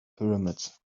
pyramids